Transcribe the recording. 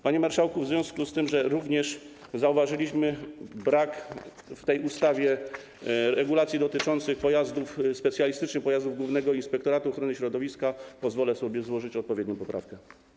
Panie marszałku, w związku z tym, że również zauważyliśmy w tej ustawie brak regulacji dotyczących specjalistycznych pojazdów Głównego Inspektoratu Ochrony Środowiska, pozwolę sobie złożyć odpowiednią poprawkę.